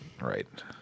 Right